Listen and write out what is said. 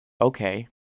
Okay